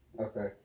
Okay